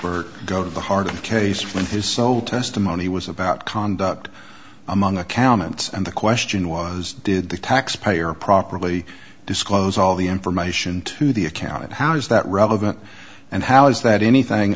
expert go to the heart of the case when his sole testimony was about conduct among accountants and the question was did the taxpayer properly disclose all the information to the account how is that relevant and how is that anything